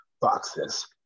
boxes